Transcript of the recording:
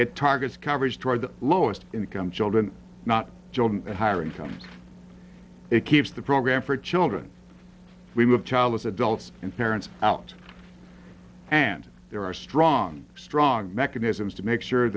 it targets coverage toward the lowest income children not just higher income it keeps the program for children we move childless adults and parents out and there are strong strong mechanisms to make sure